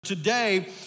Today